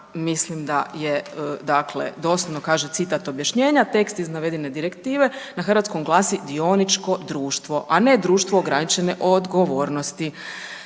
Mislim da je dakle doslovno kaže citat objašnjenja tekst iz navedene direktive na hrvatskom glasi dioničko društvo, a ne društvo ograničene odgovornosti.